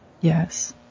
Yes